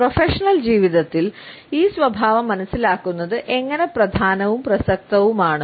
professional ജീവിതത്തിൽ ഈ സ്വഭാവം മനസ്സിലാക്കുന്നത് എങ്ങനെ പ്രധാനവും പ്രസക്തവുമാണ്